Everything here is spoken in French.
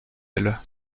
elle